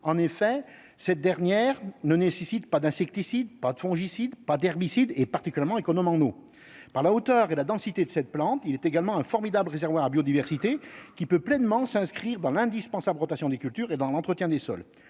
en effet cette dernière ne nécessite pas d'insecticide, pas de fongicides, pas d'herbicides et particulièrement économe en eau par la hauteur et la densité de cette plante, il est également un formidable réservoir à biodiversité qui peut pleinement s'inscrire dans l'indispensable rotation des cultures et dans l'entretien des sols,